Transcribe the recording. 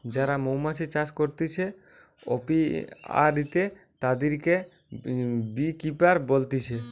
যারা মৌমাছি চাষ করতিছে অপিয়ারীতে, তাদিরকে বী কিপার বলতিছে